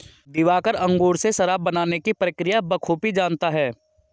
दिवाकर अंगूर से शराब बनाने की प्रक्रिया बखूबी जानता है